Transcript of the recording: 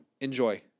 Enjoy